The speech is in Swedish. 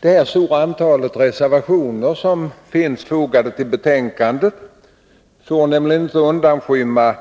Det stora antal reservationer som finns fogade till betänkandet får inte undanskymma